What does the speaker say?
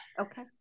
okay